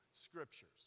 scriptures